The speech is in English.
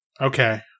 Okay